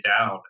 down